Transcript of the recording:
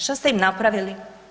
Što ste im napravili?